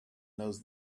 knows